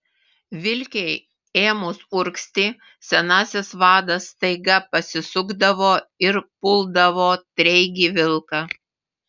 vilkei ėmus urgzti senasis vadas staiga pasisukdavo ir puldavo treigį vilką